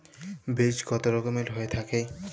বীজ কত রকমের হয়ে থাকে?